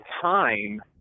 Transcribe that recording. time